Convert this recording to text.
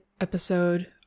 episode